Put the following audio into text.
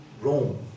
Rome